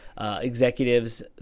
executives